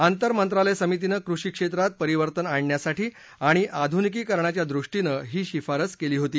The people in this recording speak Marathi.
आंतर मंत्रालय समितीनं कृषी क्षेत्रात परिवर्तन आणण्यासाठी आणि आधुनिकीकरणाच्या दृष्टीनं ही शिफारस केली होती